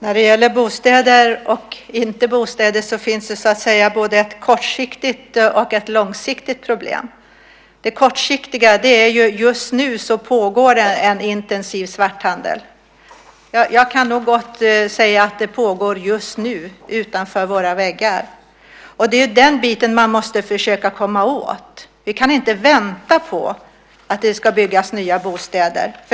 Fru talman! När det gäller bostäder och inte bostäder finns både ett kortsiktigt och ett långsiktigt problem. Det kortsiktiga är att det just nu pågår en intensiv svarthandel. Jag kan gott säga att den pågår just nu utanför våra väggar. Det är den biten man måste försöka komma åt. Vi kan inte vänta på att det ska byggas nya bostäder.